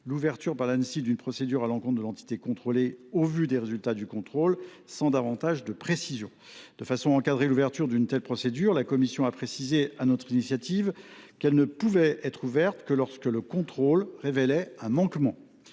l’ouverture par l’Anssi d’une procédure à l’encontre de l’entité contrôlée au vu des résultats du contrôle, sans davantage de précision. De façon à encadrer l’ouverture d’une telle procédure, la commission spéciale a précisé, sur l’initiative des rapporteurs, que celle ci ne pouvait être ouverte que lorsque le contrôle révélait un manquement.